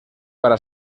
para